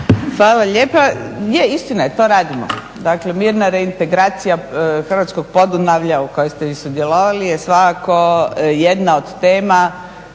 Hvala lijepa. Je istina je, to radimo. Dakle, mirna reintegracija hrvatskog Podunavlja u kojoj ste i sudjelovali je svakako jedna od tema